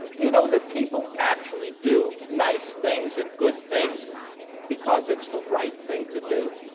do you know that people actually do nice things and good things because it's the right thing to do?